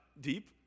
deep